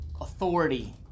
authority